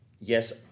yes